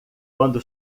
quando